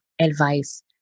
advice